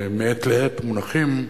ומעת לעת מונחים,